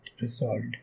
resolved